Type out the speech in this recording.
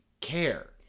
care